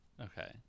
Okay